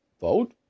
vote